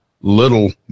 Little